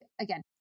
again